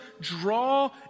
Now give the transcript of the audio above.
draw